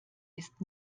ist